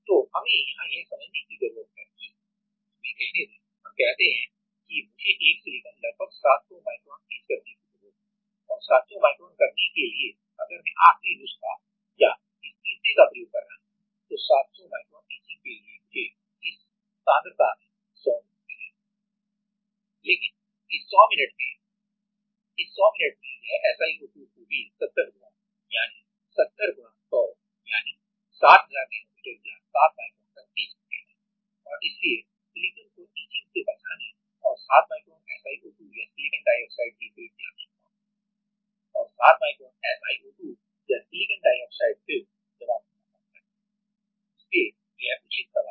तो हमें यहां यह समझने की जरूरत है कि हमें कहने दें हम कहते हैं कि मुझे एक सिलिकॉन लगभग 700 माइक्रोन ईच करने की जरूरत है और 700 माइक्रोन करने के लिए अगर मैं आखिरी नुस्खा या या इस तीसरे का प्रयोग कर रहा हूं तो 700 माइक्रोन ईचिंग के लिए मुझे इस सांद्रता में 100 मिनट लगेगी लेकिन इस 100 मिनट में इस 100 मिनट में यह SiO2 को भी 70 गुणा 100 यानी 7000 नैनोमीटर या 7 माइक्रोन तक ईच कर लेगा और इसलिए Si को ईचिंग से बचाने और 7 माइक्रोन SiO2 या सिलिकॉन डाइऑक्साइड की फिल्म की आवश्यकता होती है और 7 माइक्रोन SiO2 या सिलिकॉन डाइऑक्साइड फिल्म जमा करना बहुत कठिन है इसलिए यह उचित समाधान नहीं है